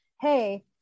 hey